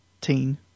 Teen